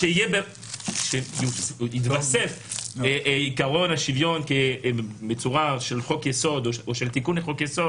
כשעוד יתווסף עיקרון השוויון בצורה של חוק-יסוד או של תיקון לחוק-יסוד,